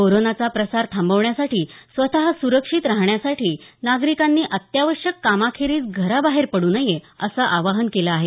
कोरानाचा प्रसार थांबवण्यासाठी स्वत सुरक्षित राहण्यासाठी नागरिकांनी अत्यावश्यक कामाखेरीज घराबाहेर पडू नये असं आवाहन केलं आहे